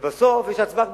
ובסוף יש הצבעה.